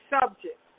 subject